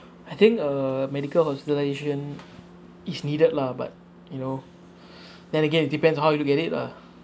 I think uh medical hospitalisation is needed lah but you know then again it depends on how you look at it lah